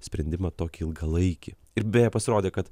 sprendimą tokį ilgalaikį ir beje pasirodė kad